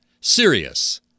Serious